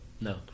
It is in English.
No